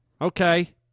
Okay